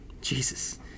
jesus